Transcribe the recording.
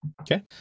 okay